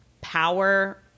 power